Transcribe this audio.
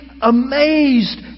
amazed